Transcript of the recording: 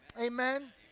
Amen